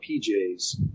PJ's